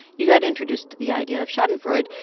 you got introduced to the idea of schadenfreude,